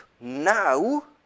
now